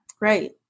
Right